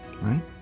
right